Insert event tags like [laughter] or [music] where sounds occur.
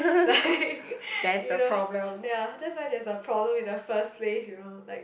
like [laughs] you know ya that's why there's a problem in the first place you know like